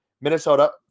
Minnesota